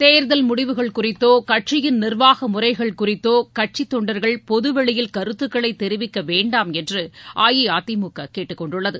தேர்தல் முடிவுகள் குறித்தோ கட்சியின் நிர்வாக முறைகள் குறித்தோ கட்சித் தொண்டர்கள் பொதுவெளியில் கருத்துக்களை தெரிவிக்க வேண்டாம் என்று அஇஅதிமுக கேட்டுக்கொண்டுள்ளது